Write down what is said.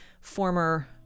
former